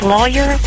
Lawyer